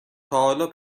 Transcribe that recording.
تاحالا